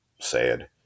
sad